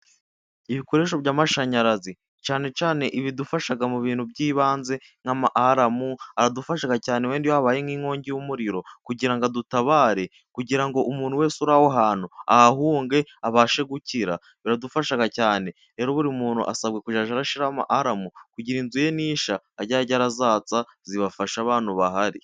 Ibikoresho by'amashanyarazi cyanecyane ibidufasha mu bintu by'ibanze, nk'ama Aramu, adufasha cyane wenda iyo habaye nk'inkongi y'umuriro, kugira ngo adutabare umuntu wese uri aho ahantu ahahunge abashe gukira, biradufasha cyane. R'ero buri muntu asabwa kujya arashyiramo Aramu, kugira ngo inzu ye nishya ajye azatsa zifashe abantu bahari.